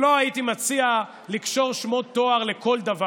לא הייתי מציע לקשור שמות תואר לכל דבר.